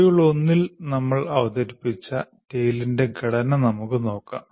module 1 ൽ നമ്മൾ അവതരിപ്പിച്ച TALE ൻറെ ഘടന നമുക്ക് നോക്കാം